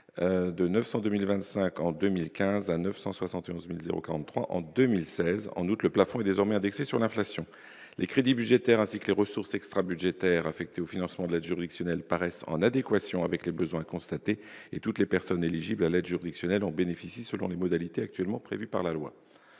de 902 025 en 2015 à 971 043 en 2016. En outre, le plafond est désormais indexé sur l'inflation. Les crédits budgétaires ainsi que les ressources extrabudgétaires affectés au financement de l'aide juridictionnelle paraissent en adéquation avec les besoins constatés. Toutes les personnes éligibles à cette aide en bénéficient selon les modalités actuellement prévues par la loi.